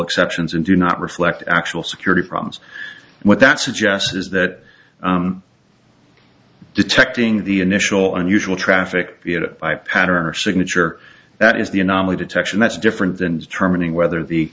exceptions and do not reflect actual security problems what that suggests is that detecting the initial unusual traffic pattern or signature that is the an omelet detection that's different than determining whether the